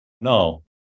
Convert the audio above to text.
no